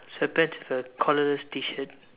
sweat pants with a collarless T-shirt